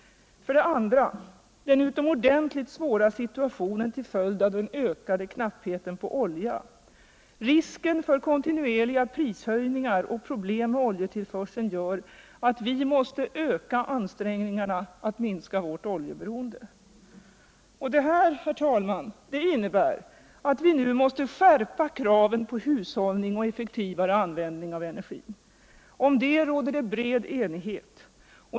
För det andra: den utomordentligt svåra situationen till följd av den ökade knappheten på olja. Risken för kontinuerliga prishöjningar och problem med oljetillförseln gör att vi måste öka ansträngningarna att minska vårt oljeberocnde. Detta innebär, herr talman, att vi nu måste skärpa kraven på hushållning och effektivare användning av energin. Om detta råder det bred enighet.